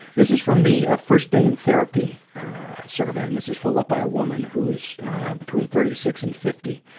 this is from the ah first day in therapy survey, and this is filled out by a woman who's between thirty six and fifty.